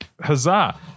huzzah